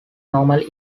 normal